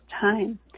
time